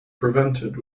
prevented